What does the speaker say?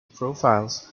profiles